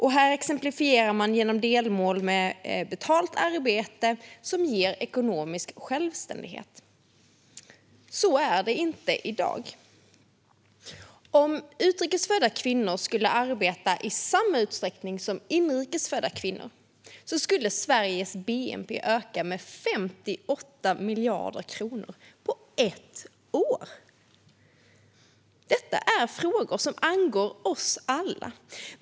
Detta exemplifieras genom delmål med betalt arbete som ger ekonomisk självständighet. Så är det inte i dag. Om utrikes födda kvinnor skulle arbeta i samma utsträckning som inrikes födda kvinnor skulle Sveriges bnp öka med 58 miljarder kronor på ett år. Detta är frågor som angår oss alla.